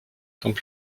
temps